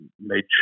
Made